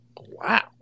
Wow